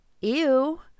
Ew